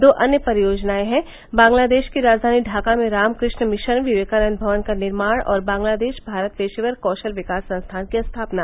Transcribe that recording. दो अन्य परियोजनाएं हैं बंगलादेश की राजधानी ढाका में रामकृष्ण मिशन विवेकानंद भवन का निर्माण और बांग्लादेश भारत पेशेवर कौशल विकास संस्थान की स्थापना